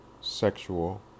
sexual